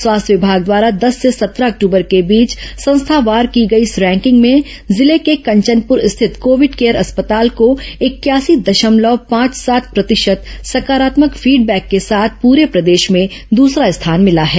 स्वास्थ्य विभाग द्वारा दस से सत्रह अक्टूबर के बीच संस्थावार की गई इस रैंकिंग में जिले के कंचनपूर स्थित कोविड केयर अस्पताल को इकयासी दशमलव पांच सात प्रतिशत सकारात्मक फीडबैक के साथ पूरे प्रदेश में दूसरा स्थान मिला है